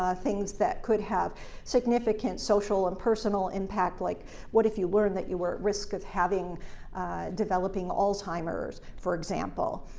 things that could have significant social and personal impact, like what if you learned that you were at risk of having developing alzheimer's, for example.